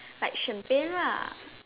like champagne lah